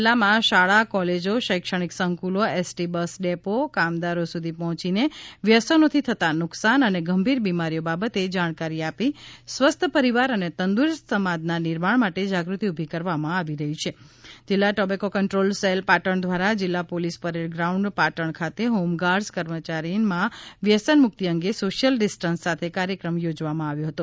જિલ્લામાં શાળા કોલેજો શૈક્ષણિક સંકુલો એસટી બસ ડેપો કામદારો સુધી પહોંચીને વ્યસનોથી થતા નુકશાન અને ગંભીર બીમારીઓ બાબતે જાણકારી આપી સ્વસ્થ પરિવાર અને તંદુરસ્ત સમાજના નિર્માણ માટે જાગૃતિ ઉભી કરવામાં આવી રહી છે જિલ્લા ટૉબેકોં કંટ્રોલ સેલ પાટણ દ્વારા જિલ્લા પોલીસ પરેડ ગ્રાઉન્ડ પાટણ ખાતે હોમગાર્ડસ કર્મચારીમાં વ્યસન મુક્તિ અંગે સોશ્યલ ડિસ્ટન્સ સાથે કાર્યક્રમ યોજવામાં આવ્યો હતો